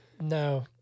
No